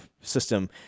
system